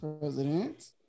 president